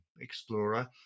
explorer